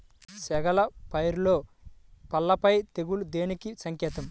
చేగల పైరులో పల్లాపై తెగులు దేనికి సంకేతం?